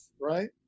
right